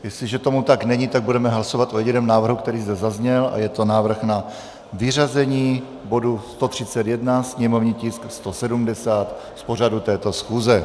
Jestliže tomu tak není, tak budeme hlasovat o jediném návrhu, který zde zazněl, a je to návrh na vyřazení bodu 131, sněmovní tisk 170, z pořadu této schůze.